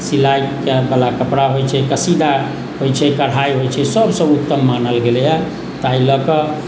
सिलाइ वला कपड़ा होइत छै कसीदा होइत छै कढ़ाइ होइत छै सबसँ उत्तम मानल गेलैया ताहि लए कऽ